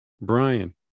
Brian